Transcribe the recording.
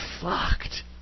fucked